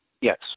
Yes